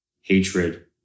hatred